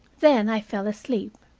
then i fell asleep.